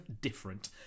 different